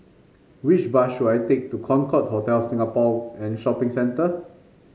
which bus should I take to Concorde Hotel Singapore and Shopping Centre